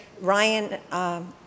Ryan